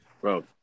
bro